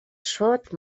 шууд